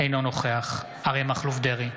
אינו נוכח אריה מכלוף דרעי,